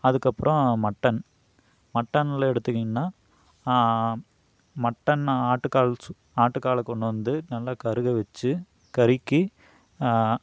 அதுக்கப்பறோம் மட்டன் மட்டன்ல எடுத்துக்கனின்னா மட்டன் ஆட்டுக்கால் சூப் ஆட்டுக்காலை கொண்டு வந்து நல்லா கருக வச்சி கருக்கி